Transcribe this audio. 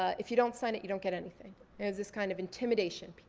ah if you don't sign it, you don't get anything. it was this kind of intimidation.